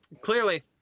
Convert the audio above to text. Clearly